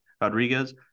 Rodriguez